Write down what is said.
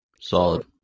Solid